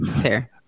fair